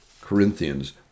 Corinthians